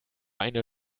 eine